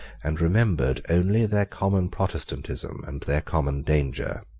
and remembered only their common protestantism and their common danger.